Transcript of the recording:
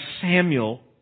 Samuel